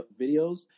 videos